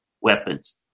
weapons